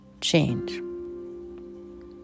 change